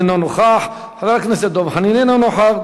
אינו נוכח, חבר הכנסת דב חנין, אינו נוכח,